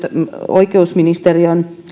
oikeusministeriön